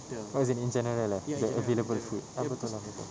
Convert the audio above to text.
oh as in in general the available food apa kalau sedap